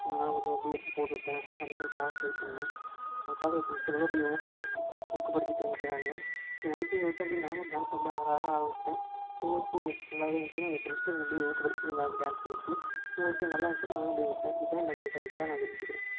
நான் நான் கொஞ்சம் அப்படியே எடுத்து போட்டு விட்டேன் அதே மாதிரி டா ட்ரை பண்ணேன் அதைப் பார்த்த என் ஃப்ரெண்ட்ஸுகளும் அப்படியே ஊக்கப்படுத்தி ஊக்கப்படுத்திட்டு இருக்கிறானுங்க சரி ஓகேன்னு சொல்லிட்டு அப்படியே நானும் டேன்ஸ் அப்படியே ஆட ஆட ஆரம்பிச்சேன் சரி ஓகே நல்லா தான் இருந்துச்சுன்னு என் ஃப்ரெண்ட்ஸும் என்னை அப்படியே ஊக்கப்படுத்திகிட்டே இருந்தாங்க டேன்ஸைப் பற்றி சரி ஓகே நல்லாந்துச்சுன்னு நானும் அப்படியே விட்டேன் இதுதான் என்னுடைய கருத்தாக நான் சொல்லிட்டுருக்கறேன்